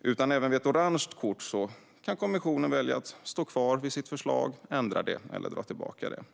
utan även här kan kommissionen välja att stå kvar vid förslaget, ändra det eller dra tillbaka det.